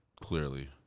clearly